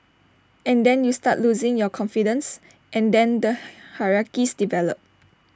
and then you start losing your confidence and then the hierarchies develop